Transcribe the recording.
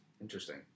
Interesting